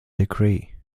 degree